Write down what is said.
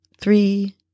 three